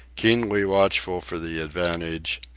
keenly watchful for the advantage,